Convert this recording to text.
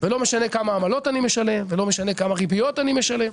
ולא משנה כמה עמלות אני משלם ולא משנה כמה ריביות אני משלם.